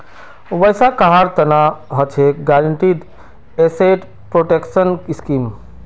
वैसा कहार तना हछेक गारंटीड एसेट प्रोटेक्शन स्कीम